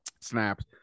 snaps